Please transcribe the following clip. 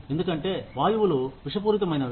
ఎందుకంటే వాయువులు విషపూరితమైనవి